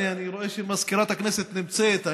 הינה, אני רואה שמזכירת הכנסת נמצאת.